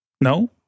No